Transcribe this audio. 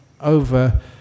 over